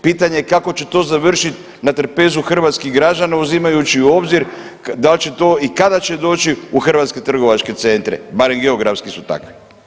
Pitanje kako će to završiti na trpezu hrvatskih građana uzimajući u obzir da li će to i kada će doći u hrvatske trgovačke centre, barem geografski su takvi.